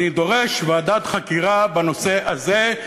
אני דורש ועדת חקירה בנושא הזה,